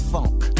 Funk